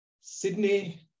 Sydney